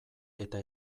eta